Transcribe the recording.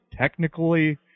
technically